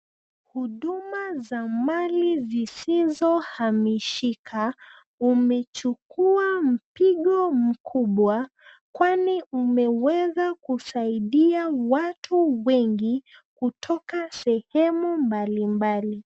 Huduma za mali zisizohamishika umechukua mpigo mkubwa kwani umeweza kusaidia watu wengi kutoka sehemu mbalimbali.